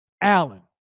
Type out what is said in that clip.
Allen